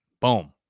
Boom